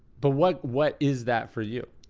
but what what is that for you?